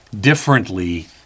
differently